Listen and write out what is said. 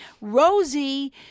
Rosie